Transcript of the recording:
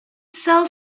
sell